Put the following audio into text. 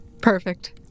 Perfect